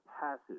passes